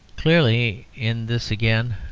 clearly in this, again,